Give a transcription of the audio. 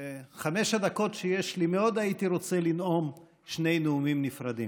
בחמש הדקות שיש לי הייתי מאוד רוצה לנאום שני נאומים נפרדים.